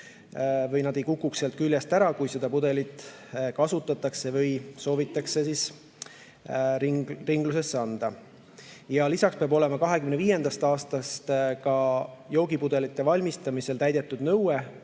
et nad ei kukuks sealt küljest ära, kui seda pudelit kasutatakse või soovitakse ringlusesse anda. Lisaks peab olema 2025. aastast ka joogipudelite valmistamisel täidetud nõue,